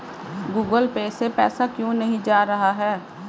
Google Pay से पैसा क्यों नहीं जा रहा है?